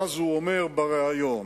ואז הוא אומר בריאיון: